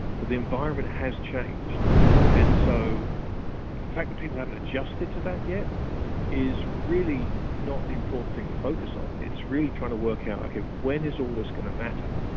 but the environment has changed and so the fact that people haven't adjusted to that yet is really not the important thing to focus on. it's really trying to work out like ah when is all this going to matter?